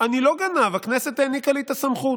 אני לא גנב, הכנסת העניקה לי את הסמכות.